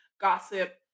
gossip